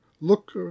Look